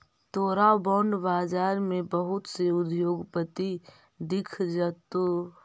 तोरा बॉन्ड बाजार में बहुत से उद्योगपति दिख जतो